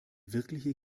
wirkliche